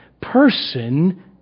person